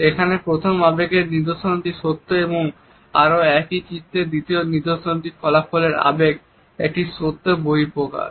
এখানে প্রথম আবেগের নিদর্শনটি সত্য আর একই চিত্রের দ্বিতীয় নিদর্শনটি ফলাফলের আবেগ একটি সত্য বহিঃপ্রকাশ